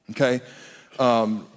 Okay